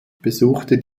besuchte